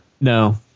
no